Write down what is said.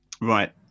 Right